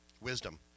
wisdom